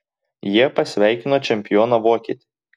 jie pasveikino čempioną vokietį